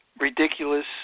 ridiculous